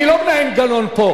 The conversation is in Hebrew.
אני לא מנהל גנון פה.